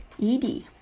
-ed